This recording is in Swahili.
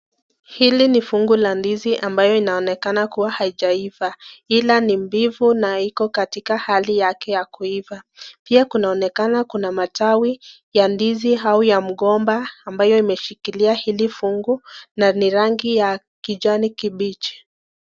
Hili ni fungu la ndizi ambayo inaonekana kua haijaiva. Ila ni mbivu na iko katika hali yake ya kuiva. Pia kunaonekana kuna matawi ya ndizi au ya mgomba ambaye imeshikilia hili fungu na ni rangi ya kijani kibichi.